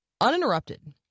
uninterrupted